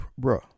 Bruh